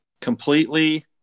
Completely